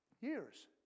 Years